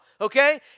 okay